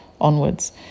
onwards